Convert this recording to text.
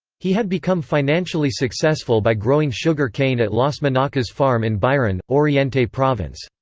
he had become financially successful by growing sugar cane at las manacas farm in biran, oriente province.